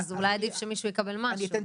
אולי עדיף שמישהו יקבל משהו.